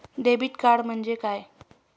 Debit card म्हणजे काय?